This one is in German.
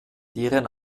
deren